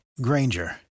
Granger